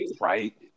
Right